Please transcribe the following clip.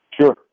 Sure